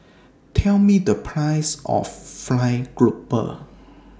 Tell Me The Price of Fried Grouper